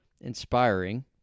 inspiring